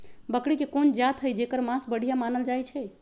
बकरी के कोन जात हई जेकर मास बढ़िया मानल जाई छई?